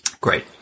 Great